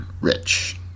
Rich